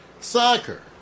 soccer